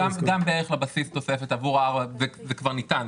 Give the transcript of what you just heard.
זה כבר ניתן.